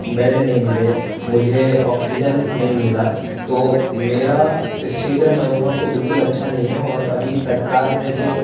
bed नहीं मिले मुझे ऑक्सीजन नहीं मिला तो मेरा इस क्षेत्र में अनुभव तो बिल्कुल अच्छा नहीं है और अभी सरकार ने जो